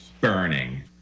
burning